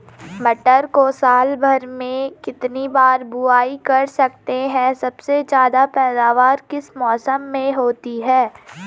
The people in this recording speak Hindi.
मटर को साल भर में कितनी बार बुआई कर सकते हैं सबसे ज़्यादा पैदावार किस मौसम में होती है?